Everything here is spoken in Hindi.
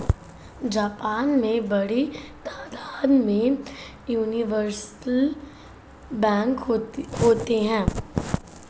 जापान में बड़ी तादाद में यूनिवर्सल बैंक होते हैं